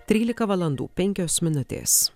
trylika valandų penkios minutės